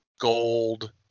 Gold